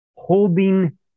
holding